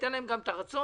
אין להם גם את הרצון.